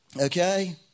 Okay